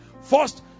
First